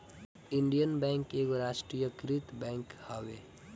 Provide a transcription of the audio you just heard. Indian bank एगो राष्ट्रीयकृत bank हवे